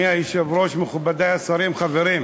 אדוני היושב-ראש, מכובדי השרים, חברים,